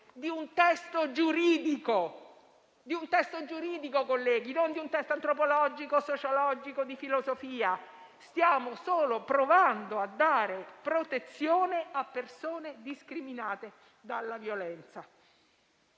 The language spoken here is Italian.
Ci stiamo occupando di un testo giuridico, colleghi, non antropologico, sociologico o di filosofia. Stiamo solo provando a dare protezione a persone discriminate dalla violenza.